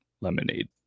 lemonade